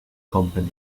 company